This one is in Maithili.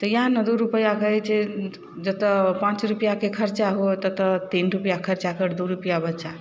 तऽ इएह ने दुइ रुपैआ कहै छै जतऽ पाँच रुपैआके खरचा हुअए ततऽ तीन रुपैआ खरचा कर दुइ रुपैआ बचा